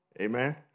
Amen